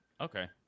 Okay